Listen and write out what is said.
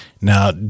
Now